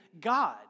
God